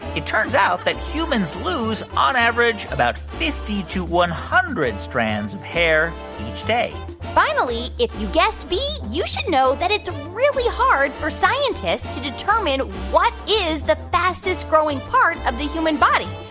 it turns out that humans lose, on average, about fifty to one hundred strands of hair each day finally, if you guessed b, you should know that it's really hard for scientists to determine what is the fastest-growing part of the human body.